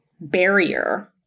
barrier